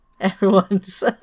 everyone's